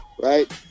right